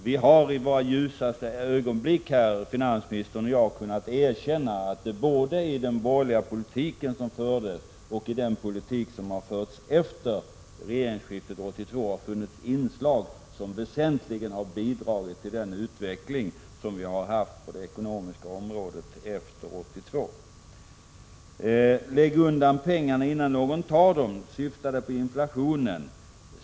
Vi har i våra ljusaste ögonblick, finansministern och jag, kunnat erkänna att det både i den borgerliga politik som fördes och i den politik som förts efter regeringsskiftet 1982 har funnits inslag som väsentligt bidragit till den utveckling som skett på det ekonomiska området efter 1982. Lägg undan pengarna innan någon tar dem, sade finansministern, syftande på inflationen.